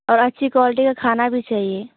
और अच्छी कॉलिटी का खाना भी चाहिए